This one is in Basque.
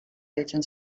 deitzen